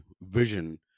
vision